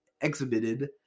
exhibited